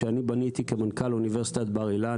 שאני בניתי כמנכ"ל אוניברסיטת בר-אילן.